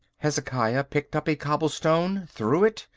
hezekiah picked up a cobblestone, threw it,